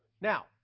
now